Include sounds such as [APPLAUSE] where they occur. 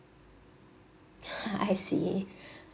[LAUGHS] I see